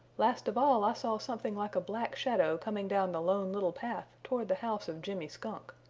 last of all i saw something like a black shadow coming down the lone little path toward the house of jimmy skunk.